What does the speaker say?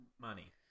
money